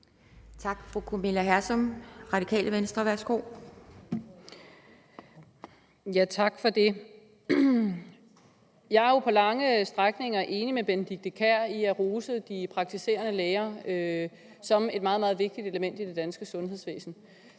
12:10 Camilla Hersom (RV): Tak for det. Jeg er jo på lange stræk enig med fru Benedikte Kiær i at rose de praktiserende læger som et meget, meget vigtigt element i det danske sundhedsvæsen.